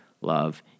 love